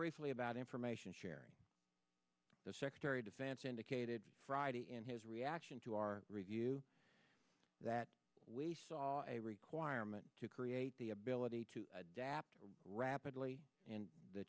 briefly about information sharing the secretary of defense indicated friday in his reaction to our review that we saw a requirement to create the ability to adapt rapidly and the